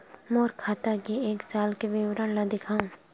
मोर खाता के एक साल के विवरण ल दिखाव?